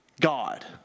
God